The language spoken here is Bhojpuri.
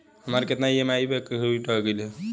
हमार कितना ई ई.एम.आई बाकी रह गइल हौ?